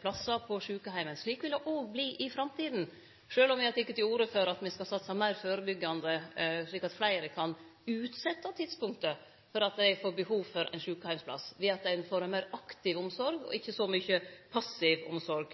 plassar på sjukeheimane. Slik vil det òg verte i framtida, sjølv om me har teke til orde for at me skal satse meir førebyggjande, slik at fleire kan utsetje tidspunktet for behovet for ein sjukeheimsplass ved at ein får ei meir aktiv omsorg og ikkje så mykje passiv omsorg.